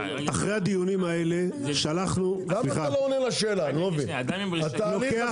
אני לא מבין למה אתה לא עונה לשאלה לגבי התהליך המדובר.